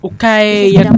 Okay